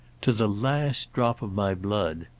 to the last drop of my blood.